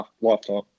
lifetime